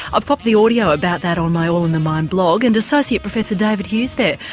i've popped the audio about that on my all in the mind blog. and associate professor david hughes there,